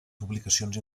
publicacions